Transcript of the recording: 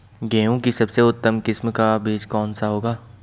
गेहूँ की सबसे उत्तम किस्म का बीज कौन सा होगा?